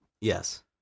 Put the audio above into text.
Yes